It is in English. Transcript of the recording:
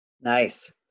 Nice